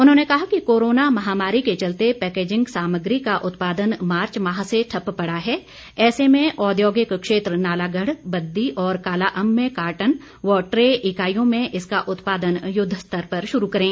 उन्होंने कहा कि कोरोना महामारी के चलते पैकेजिंग सामग्री का उत्पादन मार्च माह से ठप्प पड़ा है ऐसे में औद्योगिक क्षेत्र नालागढ़ बद्दी और कालाअंब में कार्टन व ट्रे इकाईयों में इसका उत्पादन युद्धस्तर पर शुरू करें